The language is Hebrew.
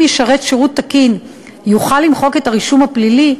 ישרת שירות תקין יוכל למחוק את הרישום הפלילי,